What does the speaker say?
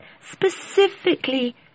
specifically